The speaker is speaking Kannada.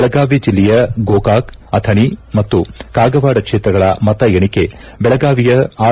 ಬೆಳಗಾವಿ ಜೆಲ್ಲೆಯ ಗೋಕಾಕ್ ಅಥಣಿ ಮತ್ತು ಕಾಗವಾಡ ಕ್ಷೇತ್ರಗಳ ಮತ ಎಣಿಕೆ ಬೆಳಗಾವಿಯ ಆರ್